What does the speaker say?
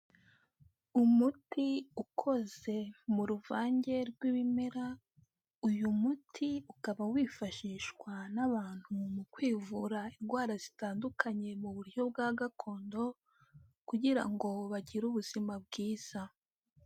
Umuti ukoze mu ruvange rw'ibimera, uyu muti ukaba wifashishwa n'abantu mu kwivura indwara zitandukanye mu buryo bwa gakondo, kugira ngo bagire ubuzima bwiza.